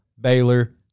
Baylor